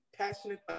passionate